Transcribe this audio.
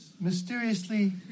mysteriously